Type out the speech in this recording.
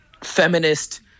feminist